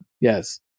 Yes